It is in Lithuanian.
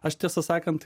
aš tiesą sakant